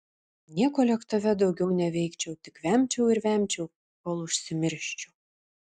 nieko lėktuve daugiau neveikčiau tik vemčiau ir vemčiau kol užsimirščiau